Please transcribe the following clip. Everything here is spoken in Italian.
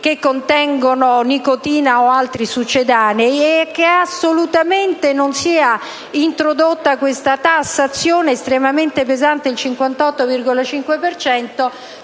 che contengono nicotina o altri succedanei, e che assolutamente non si debba introdurre questa tassazione estremamente pesante (il 58,5